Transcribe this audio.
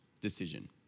decision